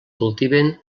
cultiven